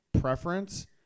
preference